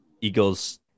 Eagles